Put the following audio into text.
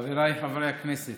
חבריי חברי הכנסת,